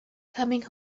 coming